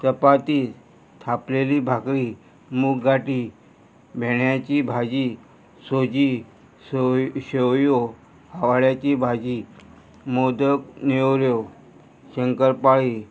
चपाती थापलेली भाकरी मुगाटी भेण्याची भाजी सोजी सेवयो आवाळ्याची भाजी मोदक नेवऱ्यो शंकरपाळी